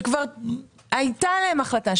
כבר היתה עליהם החלטה,